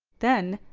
then,